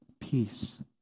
Peace